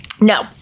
No